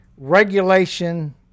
regulation